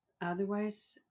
Otherwise